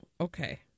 okay